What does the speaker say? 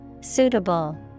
Suitable